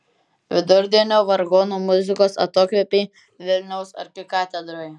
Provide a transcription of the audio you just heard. vidurdienio vargonų muzikos atokvėpiai vilniaus arkikatedroje